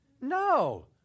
no